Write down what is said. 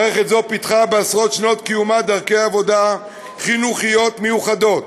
מערכת זאת פיתחה בעשרות שנות קיומה דרכי עבודה חינוכיות מיוחדות,